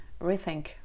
rethink